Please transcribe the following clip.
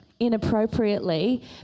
Inappropriately